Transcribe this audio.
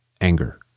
anger